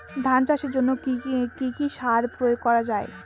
ধান চাষের জন্য কি কি সার প্রয়োগ করা য়ায়?